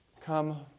come